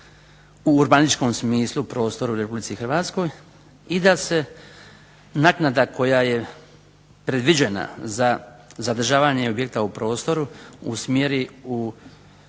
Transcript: u urbanističkom smislu prostor u Republici Hrvatskoj i da se naknada koja je predviđena za zadržavanje objekta u prostoru usmjeri u